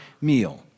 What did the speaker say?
meal